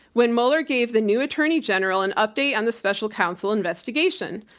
when mueller gave the new attorney general an update on the special counsel investigation.